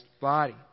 body